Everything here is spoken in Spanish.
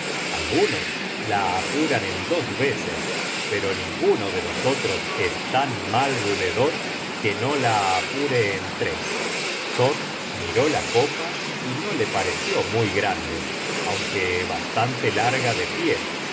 algunos la apuran en dos veces pero ninguno de nosotros es tan mal bebedor que no la apure en tres thor miró la copa y no le pareció muy grande aunque bastante larga de pie